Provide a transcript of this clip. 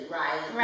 right